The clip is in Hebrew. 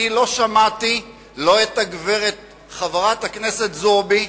אני לא שמעתי לא את הגברת חברת הכנסת זועבי,